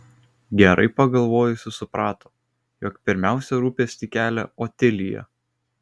gerai pagalvojusi suprato jog pirmiausia rūpestį kelia otilija